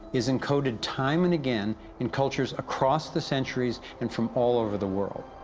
is encoded time and again in cultures across the centuries and from all over the world.